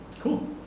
Cool